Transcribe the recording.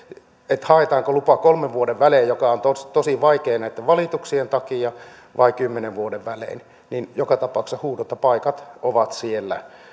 siitä haetaanko lupa kolmen vuoden välein mikä on tosi tosi vaikeaa näitten valituksien takia vai kymmenen vuoden välein joka tapauksessa huuhdontapaikat ovat siellä